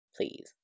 Please